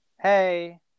hey